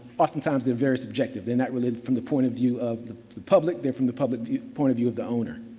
oftentimes they're very subjective. they're not related from the point of view of the public, they're from the public point of view of the owner.